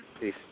Peace